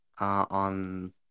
on